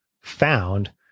found